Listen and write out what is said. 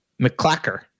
McClacker